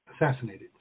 assassinated